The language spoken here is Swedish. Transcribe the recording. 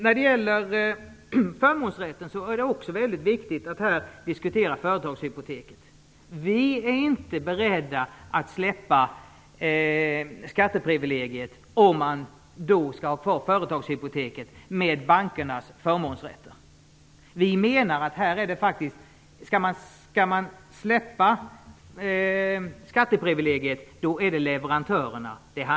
När det gäller förmånsrätten är det väldigt viktigt att också diskutera företagshypoteket. Vi i Vänsterpartiet är inte beredda att släppa skatteprivilegiet om man skall ha kvar företagshypoteket med bankernas förmånsrätt. Om man skall släppa skatteprivilegiet handlar det om leverantörerna.